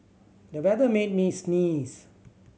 the weather made me sneeze